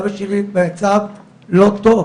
אבא שלי במצב לא טוב.